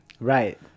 right